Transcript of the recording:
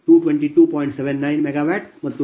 79 Mw ಮತ್ತು λ122